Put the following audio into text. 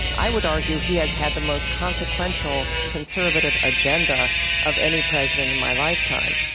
i would argue he has had the most consequential conservative agenda of any president in my lifetime.